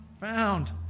found